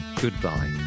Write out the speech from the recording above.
goodbye